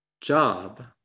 job